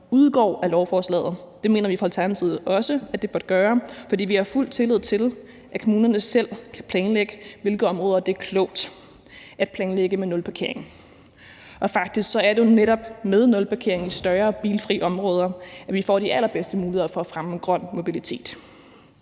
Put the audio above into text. udgår af lovforslaget. Det mener vi fra Alternativets side også at det bør gøre, for vi har fuld tillid til, at kommunerne selv kan planlægge, i hvilke områder det er klogt at planlægge med nulparkering. Faktisk er det jo netop med nulparkering i større bilfri områder, at vi får de allerbedste muligheder for at fremme grøn mobilitet.